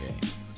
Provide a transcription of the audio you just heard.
games